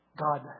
God